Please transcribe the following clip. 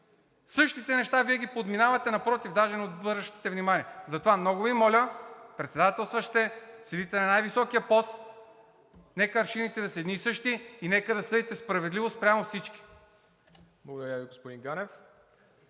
същите неща Вие ги подминавате. Напротив, даже не обръщате внимание. Затова много Ви моля, председателстващ сте, седите на най-високия пост, нека аршините да са едни и същи и нека да съдите справедливо спрямо всички.